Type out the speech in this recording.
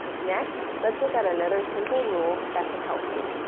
next, let's look at another simple rule that can help you.